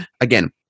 again